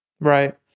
Right